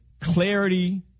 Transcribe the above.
clarity